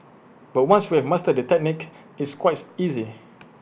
but once you have mastered the technique it's quite easy